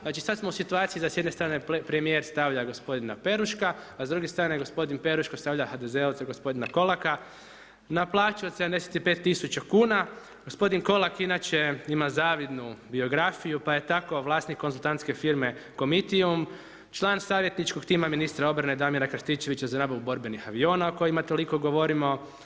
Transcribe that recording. Znači sada smo u situaciji, da s jedne strane premjer stavlja gospodina Peruška, a s druge strane gospodina Perušku stavlja HDZ-ovca gospodina Kolaka, na plaću od 75000 kn, gospodin Kolak inače ima zavidnu biografiju, pa je tako vlasnik konzultantske firme Komitijum, član savjetničkog tima ministra obrane Damira Krstičevića za nabavu borbenih aviona o kojima toliko govorimo.